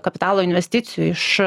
kapitalo investicijų iš